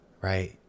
right